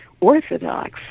orthodox